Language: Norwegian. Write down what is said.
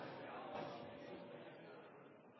ja